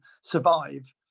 survive